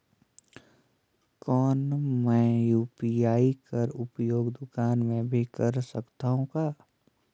कौन मै यू.पी.आई कर उपयोग दुकान मे भी कर सकथव का?